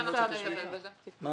מה